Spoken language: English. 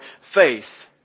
faith